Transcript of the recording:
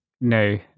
no